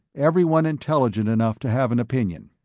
everyone intelligent enough to have an opinion.